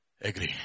Agree